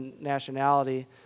nationality